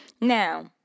Now